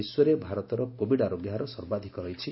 ବିଶ୍ୱରେ ଭାରତର କୋବିଡ୍ ଆରୋଗ୍ୟ ହାର ସର୍ବାଧକ ରହିଛି